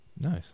Nice